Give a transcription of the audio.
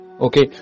okay